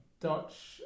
Dutch